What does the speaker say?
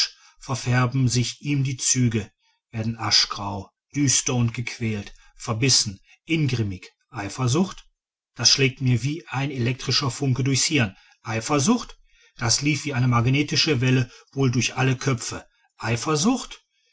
verfärben sich ihm die züge werden aschgrau düster und gequält verbissen ingrimmig eifersucht das schlägt mir wie ein elektrischer funke durchs hirn eifersucht das lief wie eine magnetische welle wohl durch alle köpfe eifersucht